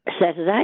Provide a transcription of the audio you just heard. Saturday